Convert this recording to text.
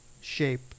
shape